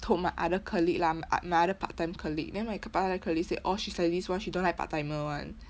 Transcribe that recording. told my other colleague lah my ot~ my other part time colleague then my part time colleague say oh she's like this [one] she don't like part timer [one]